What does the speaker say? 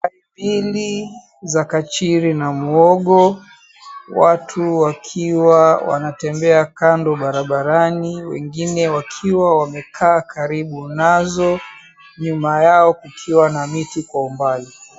...Mbili za kachiri na muhogo, watu wakiwa wanatembea kando barabarani wengine wakiwa wamekaa karibu nazo, nyuma yao kukiwa na miti kwa umbali.